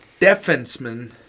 defenseman